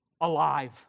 alive